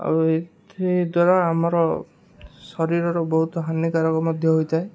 ଆଉ ଏଥିଦ୍ୱାରା ଆମର ଶରୀରର ବହୁତ ହାନିକାରକ ମଧ୍ୟ ହୋଇଥାଏ